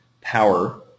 power